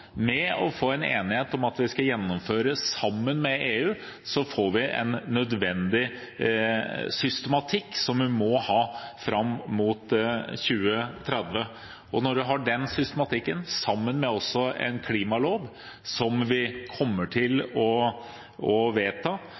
Med å få en enighet om at vi skal gjennomføre sammen med EU, får vi en nødvendig systematikk som vi må ha fram mot 2030. Og når vi har den systematikken, sammen med en klimalov – som vi kommer til å vedta